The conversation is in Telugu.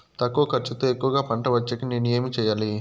తక్కువ ఖర్చుతో ఎక్కువగా పంట వచ్చేకి నేను ఏమి చేయాలి?